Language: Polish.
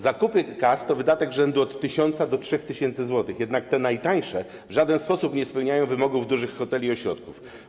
Zakup tych kas to wydatek rzędu od 1000 zł do 3000 zł, jednak te najtańsze w żaden sposób nie spełniają wymogów dużych hoteli i ośrodków.